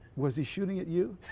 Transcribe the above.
was he shooting at you?